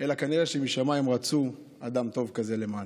אלא כנראה שמשמיים רצו אדם טוב כזה למעלה.